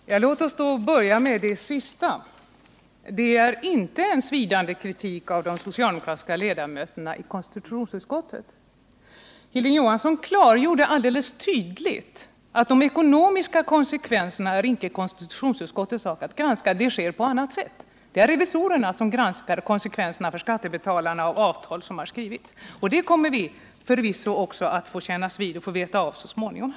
Herr talman! Låt oss då börja med det sista! Det är inte en svidande kritik av de socialdemokratiska ledamöterna i konstitutionsutskottet. Hilding Johanssson klargjorde att det icke är konstitutionsutskottets sak att granska de ekonomiska konsekvenserna av avtalen — det sker på annat sätt. Det är revisorerna som granskar konsekvenserna för skattebetalarna av avtal som har skrivits. Det kommer vi förvisso också att få veta av så småningom.